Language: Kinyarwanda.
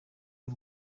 y’u